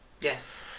Yes